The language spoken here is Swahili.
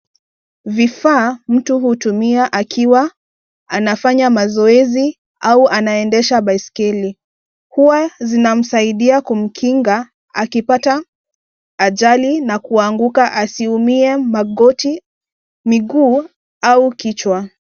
Vifaa mtu hutumia akiwa anafanya mazoezi au anaendesha baiskeli . huwa zinamsaidia kumkinga akipata ajali na kuanguka asiumie magoti, miguu au kichwa.